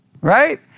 Right